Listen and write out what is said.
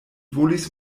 volis